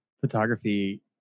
photography